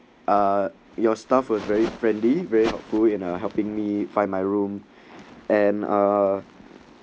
ah your staff were very friendly very too you know helping me find my room and uh